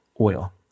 oil